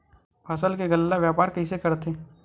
फसल के गल्ला व्यापार कइसे करथे?